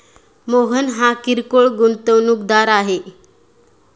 मोहन हा किरकोळ गुंतवणूकदार आहे